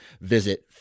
visit